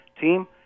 team